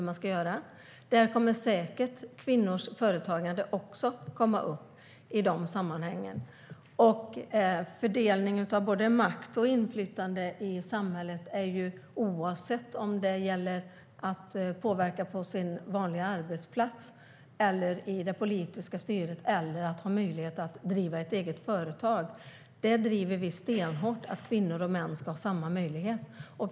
Där kommer säkert kvinnors företagande också att tas upp. I fråga om fördelning av både makt och inflytande i samhället, oavsett om det gäller att påverka på sin vanliga arbetsplats, det politiska styret eller att driva eget företag, driver vi stenhårt att kvinnor och män ska ha samma möjligheter.